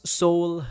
soul